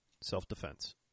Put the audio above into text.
self-defense